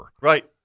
Right